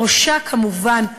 בראשה, כמובן,